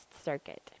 circuit